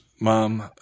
mom